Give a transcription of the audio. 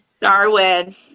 Darwin